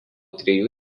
trijų